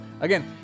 again